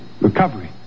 recovery